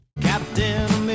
Captain